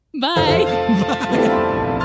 Bye